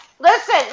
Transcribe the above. Listen